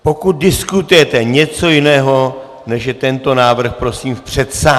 Pokud diskutujete něco jiného, než je tento návrh, prosím v předsálí.